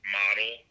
model